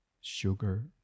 sugar